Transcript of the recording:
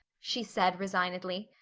she said resignedly.